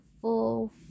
full